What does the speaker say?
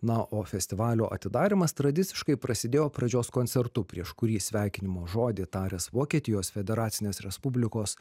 na o festivalio atidarymas tradiciškai prasidėjo pradžios koncertu prieš kurį sveikinimo žodį taręs vokietijos federacinės respublikos